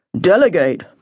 Delegate